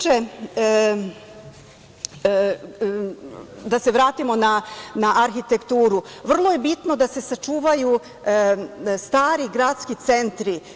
Da se vratimo na arhitekturu, vrlo je bitno da se sačuvaju stari gradski centri.